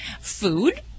food